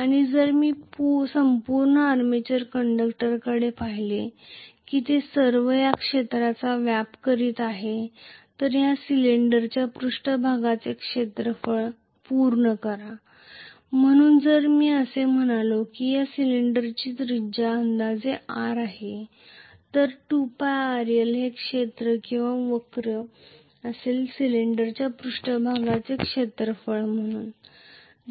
आणि जर मी संपूर्ण आर्मेचर कंडक्टरकडे पाहिले की ते सर्व या क्षेत्राचा व्याप करीत आहेत तर या सिलिंडरच्या पृष्ठभागाचे क्षेत्रफळ पूर्ण करा म्हणून जर मी असे म्हणालो की या सिलिंडरची त्रिज्या अंदाजे r आहे तर 2πrl हे क्षेत्र किंवा वक्र असेल सिलेंडरच्या पृष्ठभागाचे क्षेत्रफळ म्हणून